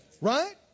right